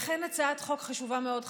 אכן הצעת חוק חשובה מאוד,